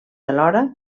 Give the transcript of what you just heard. alhora